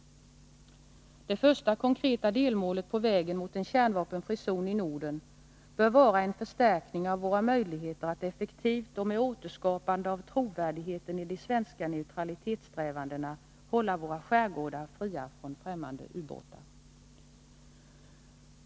Det första konkreta delmålet på vägen mot en kärnvapenfri zon i Norden bör vara en förstärkning av våra möjligheter att effektivt och med återskapande av trovärdigheten i de svenska neutralitetssträvandena hålla våra skärgårdar fria från ftämmande ubåtar.